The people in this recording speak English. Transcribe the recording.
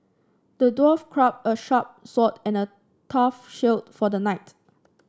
the dwarf crafted a sharp sword and a tough shield for the knight